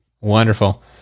Wonderful